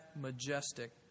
majestic